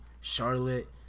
Charlotte